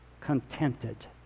contented